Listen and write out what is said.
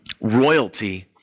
royalty